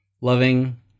loving